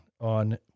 on